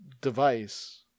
device